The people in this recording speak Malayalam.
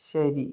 ശരി